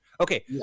Okay